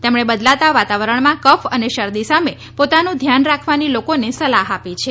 તેમણે બદલાતા વાતાવરણમાં કફ અને શરદી સામે પોતાનું ધ્યાન રાખવાની લોકોને સલાહ આપી છે